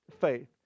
faith